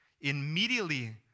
Immediately